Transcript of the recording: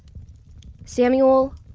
samuel,